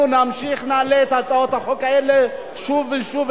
אנחנו נמשיך ונעלה את הצעות החוק האלה שוב ושוב,